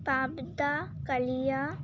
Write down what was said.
পাবদা কালিয়া